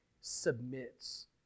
submits